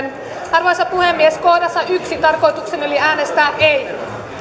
arvoisa puhemies kohdassa yksi tarkoitukseni oli äänestää ei